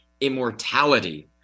immortality